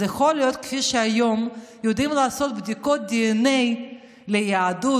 אז יכול להיות שכפי שהיום יודעים לעשות בדיקות דנ"א ליהדות,